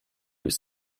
ist